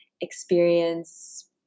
experience